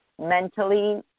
mentally